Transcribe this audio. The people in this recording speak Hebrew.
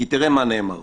תראה מה נאמר פה: